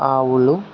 ఆవులు